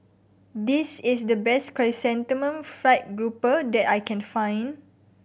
this is the best Chrysanthemum Fried Grouper that I can find